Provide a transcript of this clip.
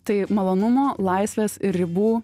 tai malonumo laisvės ir ribų